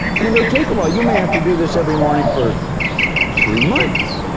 and it may take a while you may have to do this every morning for three months.